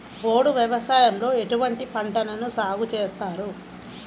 పోడు వ్యవసాయంలో ఎటువంటి పంటలను సాగుచేస్తారు?